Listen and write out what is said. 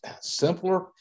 simpler